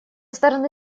стороны